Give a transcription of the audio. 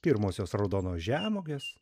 pirmosios raudonos žemuogės